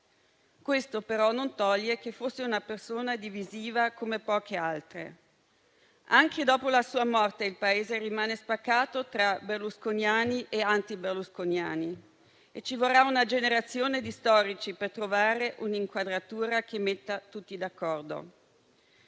Questo però non toglie che fosse una persona divisiva come poche altre. Anche dopo la sua morte, il Paese rimane spaccato tra berlusconiani e anti-berlusconiani e ci vorrà una generazione di storici per trovare un'inquadratura che metta tutti d'accordo.